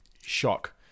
shock